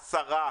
או עשרה